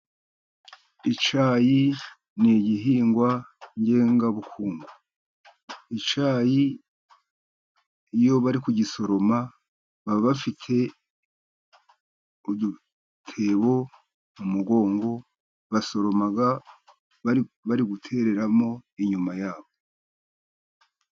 Icyayi ni igihingwa ngengabukungu. Icyayi iyo bari kugisoroma baba bafite udutebo mu mugongo, basoroma bari gutereramo inyuma ya bo.